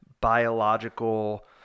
biological